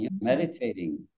meditating